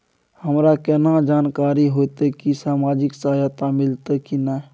हमरा केना जानकारी होते की सामाजिक सहायता मिलते की नय?